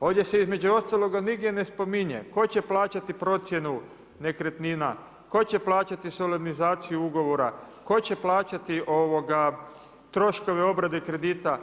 ovdje se između ostaloga nigdje ne spominje tko će plaćati procjenu nekretnina, tko će plaćati solemnizaciju ugovora, tko će plaćati troškove obrade kredita.